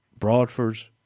Broadford